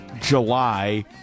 July